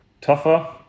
tougher